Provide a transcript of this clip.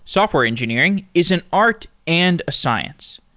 software engineering is an art and a science.